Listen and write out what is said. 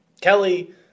Kelly